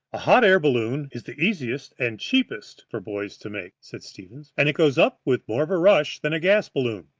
a hot-air balloon is the easiest and cheapest for boys to make, said stevens, and it goes up with more of a rush than a gas balloon.